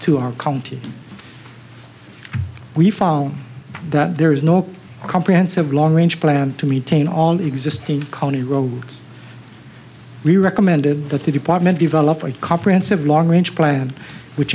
to our county we found that there is no comprehensive long range plan to meeting all existing county roads we recommended that the department develop a comprehensive long range plan which